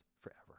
forever